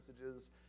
messages